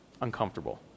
uncomfortable